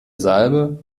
salbe